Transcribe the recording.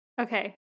Okay